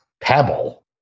Pebble